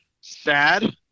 sad